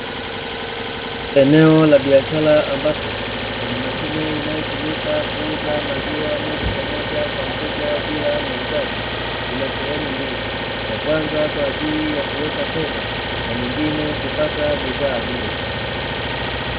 Eneo la biashara, ambapo kuna mashine inayotumika kuuza maziwa moja kwa moja kwa mteja bila muuzaji, ina sehemu mbili, ya kwanza kwa ajili ya kuweka fedha na nyingine kupata bidhaa hiyo.